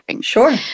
Sure